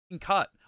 cut